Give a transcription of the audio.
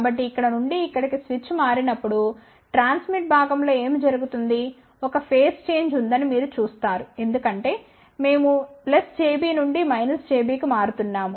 కాబట్టి ఇక్కడ నుండి ఇక్కడికి స్విచ్ మారినప్పుడు ట్రాన్స్మిట్ భాగంలో ఏమి జరుగుతుంది ఒక ఫేజ్ చేంజ్ ఉంటుందని మీరు చూస్తారు ఎందుకంటే మేము jB నుండి jB కి మారుతున్నాము